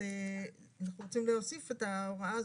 אנחנו רוצים להוסיף את ההוראה הזו.